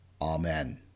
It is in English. Amen